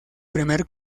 primer